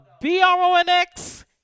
B-R-O-N-X